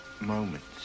moments